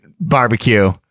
barbecue